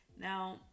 Now